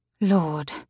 Lord